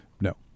No